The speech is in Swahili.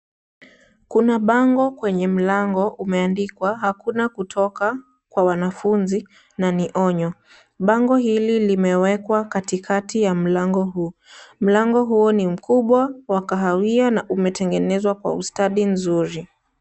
Kuna bango kwenye mlango umeandikwa hakuna kutoka kwa wanafunzi na ni onyo. Bango hili limewekwa katikati ya mlango huu. Mlango huo ni mkubwa wa kahawia na umetengenezwa kwa ustadi mzuri.